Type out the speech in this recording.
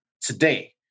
today